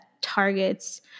targets